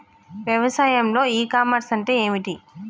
వ్యవసాయంలో e commerce అంటే ఏమిటి?